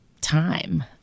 time